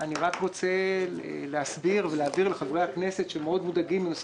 אני רוצה להסביר ולהבהיר לחברי הכנסת שמודאגים מאוד מנושא